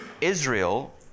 Israel